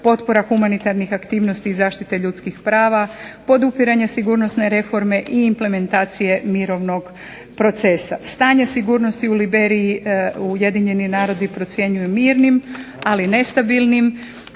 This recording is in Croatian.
potpora humanitarnih aktivnosti i zaštite ljudskih prava, podupiranje sigurnosne reforme i implementacije mirovnog procesa. Stanje sigurnosti u Liberiji, Ujedinjeni narodi procjenjuju mirnim ali nestabilnim